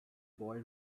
boy